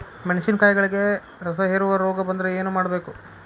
ಮೆಣಸಿನಕಾಯಿಗಳಿಗೆ ರಸಹೇರುವ ರೋಗ ಬಂದರೆ ಏನು ಮಾಡಬೇಕು?